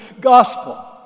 gospel